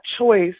choice